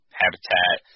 habitat